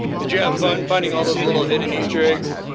did you have fun finding all those little hidden easter eggs?